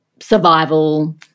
survival